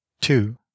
Two